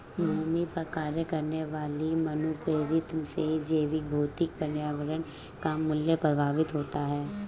भूमि पर कार्य करने वाली मानवप्रेरित से जैवभौतिक पर्यावरण का मूल्य प्रभावित होता है